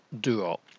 duo